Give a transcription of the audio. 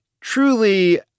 truly